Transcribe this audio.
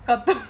but